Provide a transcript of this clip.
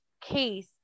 case